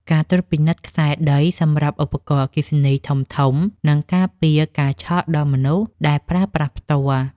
ការត្រួតពិនិត្យខ្សែដីសម្រាប់ឧបករណ៍អគ្គិសនីធំៗនឹងការពារការឆក់ដល់មនុស្សដែលប្រើប្រាស់ផ្ទាល់។